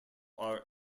are